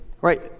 right